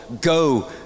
go